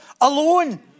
alone